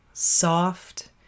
soft